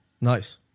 Nice